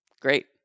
Great